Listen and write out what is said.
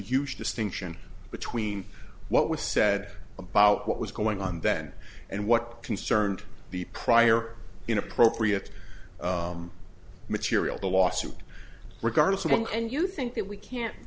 huge distinction between what was said about what was going on then and what concerned the prior inappropriate material the lawsuit regardless of what and you think that we can't